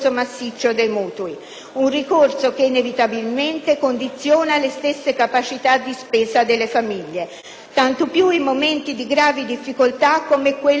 Un ricorso che inevitabilmente condiziona le stesse capacità di spesa delle famiglie, tanto più in momenti di grave difficoltà come quelli della crisi attuale.